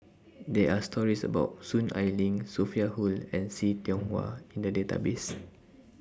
There Are stories about Soon Ai Ling Sophia Hull and See Tiong Wah in The Database